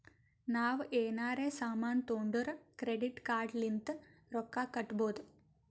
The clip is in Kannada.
ನಾವ್ ಎನಾರೇ ಸಾಮಾನ್ ತೊಂಡುರ್ ಕ್ರೆಡಿಟ್ ಕಾರ್ಡ್ ಲಿಂತ್ ರೊಕ್ಕಾ ಕಟ್ಟಬೋದ್